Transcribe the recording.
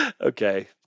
Okay